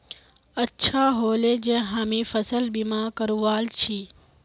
अच्छा ह ले जे हामी फसल बीमा करवाल छि